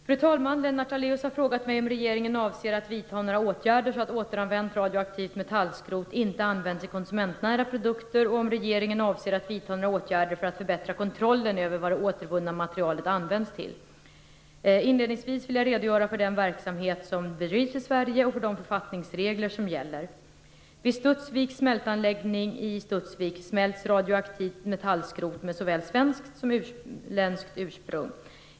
Fru talman! Lennart Daléus har frågat mig om regeringen avser att vidta några åtgärder för att återanvänt radioaktivt metallskrot inte används i konsumentnära produkter och om regeringen avser att vidta några åtgärder för att förbättra kontrollen över vad det återvunna materialet används till. Inledningsvis vill jag redogöra för den verksamhet som bedrivs i Sverige och för de författningsregler som gäller. Studsvik smälts radioaktivt metallskrot med såväl svenskt som utländskt ursprung.